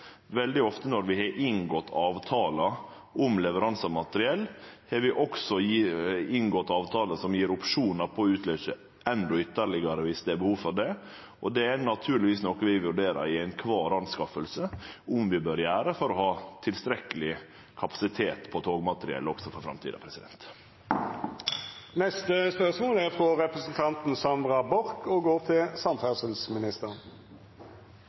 Veldig ofte når vi har inngått avtalar om leveranse av materiell, har vi også inngått avtalar som gjev opsjonar på å utløyse endå ytterlegare, viss det er behov for det. Det er naturlegvis noko vi vurderer i ei kvar anskaffing om vi bør gjere for å ha tilstrekkeleg kapasitet på togmateriell, også for framtida.